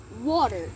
Water